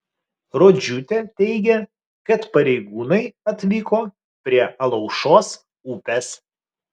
rodžiūtė teigia kad pareigūnai atvyko prie alaušos upės